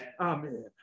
Amen